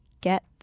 get